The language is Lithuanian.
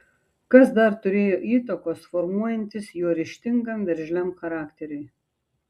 kas dar turėjo įtakos formuojantis jo ryžtingam veržliam charakteriui